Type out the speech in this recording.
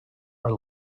are